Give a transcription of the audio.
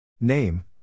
Name